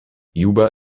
juba